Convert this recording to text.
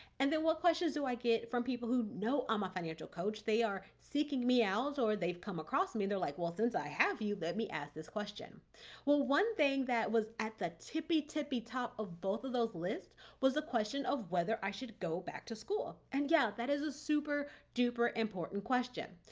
and then what questions do i get from people who know i'm a financial coach? they are seeking me out or they've come across me and they're like, well, since i have you, let me ask this question well, one thing that was at the tippy, tippy, top of both of those lists was the question of whether i should go back to school and yeah, that is a super duper important question.